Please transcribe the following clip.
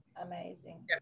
amazing